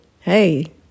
hey